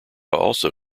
also